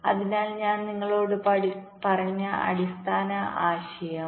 അതിനാൽ ഞാൻ നിങ്ങളോട് പറഞ്ഞ അടിസ്ഥാന ആശയം മാത്രം